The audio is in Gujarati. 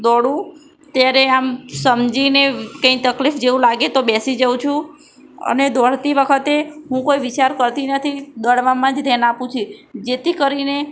દોડું ત્યારે આમ સમજીને કંઇ તકલીફ જેવું લાગે તો બેસી જાઉં છું અને દોડતી વખતે હું કોઈ વિચાર કરતી નથી દોડવામાં જ ધ્યાન આપું છું જેથી કરીને